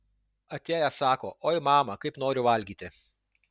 atėjęs sako oi mama kaip noriu valgyti